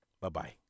bye-bye